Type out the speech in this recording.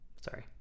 Sorry